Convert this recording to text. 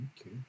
Okay